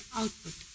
output